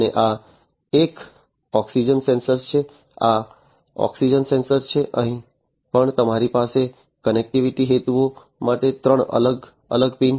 અને આ એક ઓક્સિજન સેન્સર છે આ ઓક્સિજન સેન્સર છે અહીં પણ તમારી પાસે કનેક્ટિવિટિ હેતુઓ માટે ત્રણ અલગ અલગ પિન છે